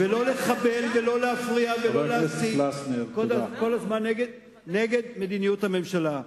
ולא לחבל ולא להפריע ולא להסית כל הזמן נגד מדיניות הממשלה.